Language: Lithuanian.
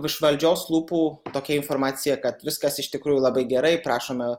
iš valdžios lūpų tokia informacija kad viskas iš tikrųjų labai gerai prašome